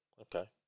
okay